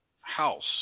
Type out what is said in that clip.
house